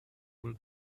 will